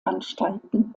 anstalten